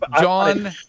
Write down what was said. John